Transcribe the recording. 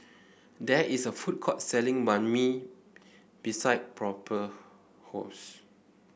there is a food court selling Banh Mi beside Prosper house